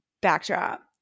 backdrop